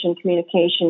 communication